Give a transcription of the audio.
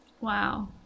Wow